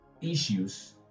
issues